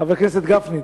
חבר הכנסת גפני,